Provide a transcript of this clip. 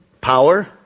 Power